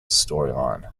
storyline